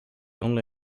only